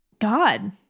god